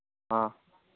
ꯑ